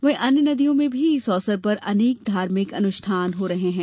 वहीं अन्य जिलों में भी इस अवसर पर अनेक धार्मिक अनुष्ठान हो रहे है